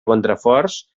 contraforts